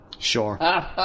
Sure